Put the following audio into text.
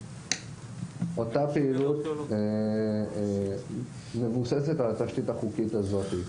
אותה פעילות מבוססת על התשתית החוקית הזאת.